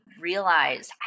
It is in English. realize